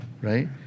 right